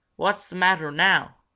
what's the matter now?